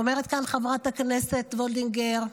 אומרת כאן חברת הכנסת וולדיגר: